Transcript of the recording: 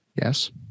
Yes